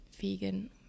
vegan